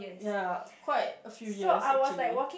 ya quite a few years actually